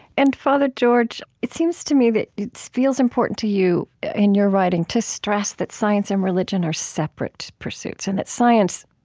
and father george, it seems to me that it feels important to you in your writing to stress that science and religion are separate pursuits and that science,